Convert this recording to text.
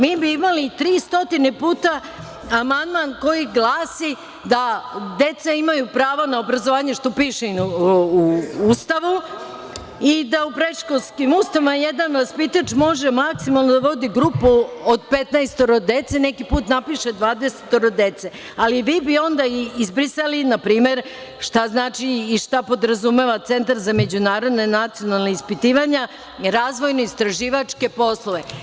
Mi bi imali 300 puta amandman koji glasi da deca imaju pravo na obrazovanje, što piše i u Ustavu, i da u predškolskim ustanovama jedan vaspitač može maksimalno da vodi grupu od 15-oro dece, neki put napiše 20-oro dece, ali vi bi onda izbrisali npr. šta znači i šta podrazumeva Centar za međunarodna nacionalna ispitivanja i razvojno istraživačke poslove.